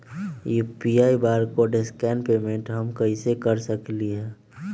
UPI barcode scan payment हम कईसे कर सकली ह?